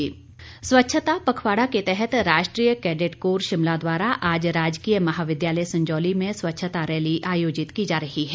स्वच्छता पखवाडा स्वच्छता पखवाड़ा के तहत राष्ट्रीय कैडेट कोर शिमला द्वारा आज राजकीय महाविद्यालय संजौली में स्वच्छता रैली आयोजित की जा रही है